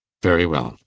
very well.